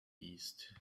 east